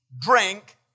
drink